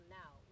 now